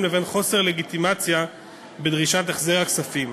לחוסר לגיטימציה בדרישת החזר הכספים.